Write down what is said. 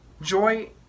joy